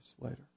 later